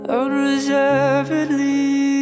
Unreservedly